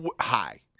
hi